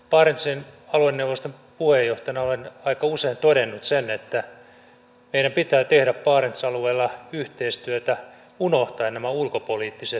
barentsin alueneuvoston puheenjohtajana olen aika usein todennut sen että meidän pitää tehdä barentsin alueella yhteistyötä unohtaen nämä ulkopoliittiset jännitteet